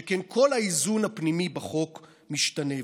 שכן כל האיזון הפנימי בחוק ישתנה.